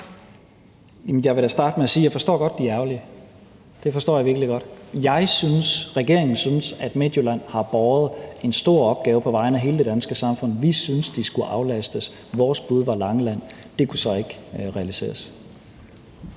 jeg vil da starte med at sige, at jeg godt forstår, at de er ærgerlige – det forstår jeg virkelig godt. Jeg synes, regeringen synes, at Midtjylland har båret en stor byrde på vegne af hele det danske samfund. Vi synes, at de skal aflastes, og vores bud var Langeland – det kunne så ikke realiseres.